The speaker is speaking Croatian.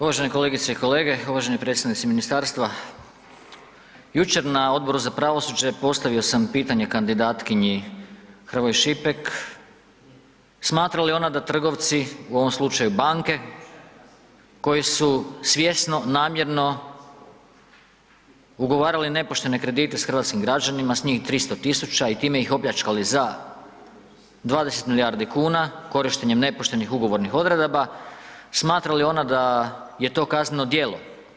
Uvaženi kolegice i kolege, uvaženi predstavnici ministarstva, jučer na Odboru za pravosuđe postavio sam pitanje kandidatkinji Hrvoj Šipek, smatra li ona da trgovci u ovom slučaju banke koje su svjesno, namjerno ugovarale nepoštene kredite s hrvatskim građanima s njih 300.000 i time iz opljačkali za 20 milijardi kuna korištenjem nepoštenih ugovornih odredaba, smatra li ona da je to kazneno djelo?